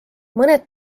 mõned